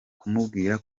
kumbwira